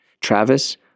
Travis